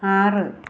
ആറ്